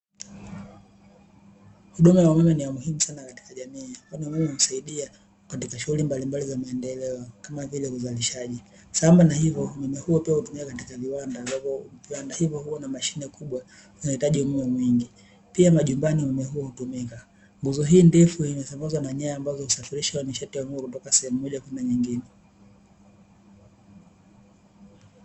Huduma ya umeme ni ya muhimu sana katika jamii kwani umeme husaidia katika shughuli mbalimbali za maendeleo kama vile uzalishaji. Sambamba na hivo umeme huo pia hutumiwa katika viwanda, ambapo viwanda hivo huwa na mashine kubwa zinazohitaji umeme mwingi pia majumbani umeme huo hutumika. Nguzo hii ndefu imesambazwa na nyaya husafirisha nishati ya umeme kutoka sehemu moja kwenda nyingine.